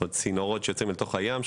צינורות שיוצאים אל תוך הים,